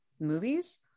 movies